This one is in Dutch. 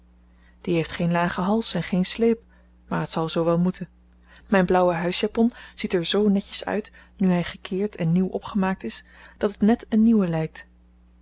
die heeft geen lagen hals en geen sleep maar het zal zoo wel moeten mijn blauwe huisjapon ziet er zoo netjes uit nu hij gekeerd en nieuw opgemaakt is dat het net een nieuwe lijkt